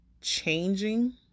changing